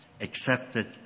accepted